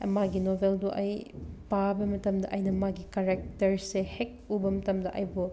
ꯃꯥꯒꯤ ꯅꯣꯕꯦꯜꯗꯣ ꯑꯩ ꯄꯥꯕ ꯃꯇꯝꯗ ꯑꯩꯅ ꯃꯥꯒꯤ ꯀꯔꯦꯛꯇꯔꯁꯦ ꯍꯦꯛ ꯎꯕ ꯃꯇꯝꯗ ꯑꯩꯕꯨ